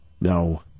No